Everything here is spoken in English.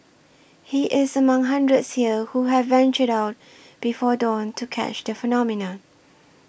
he is among hundreds here who have ventured out before dawn to catch the phenomenon